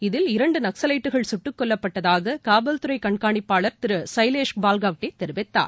இதில் இரண்டு நக்கவைட்டுகள் கட்டுக்கொல்லப்பட்டதாக காவல்துறை கண்காணிப்பாளர் திரு சைலேஷ் பால்காவ்டே தெரிவித்தார்